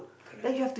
correct